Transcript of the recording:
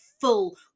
full